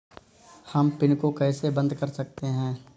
हम पिन को कैसे बंद कर सकते हैं?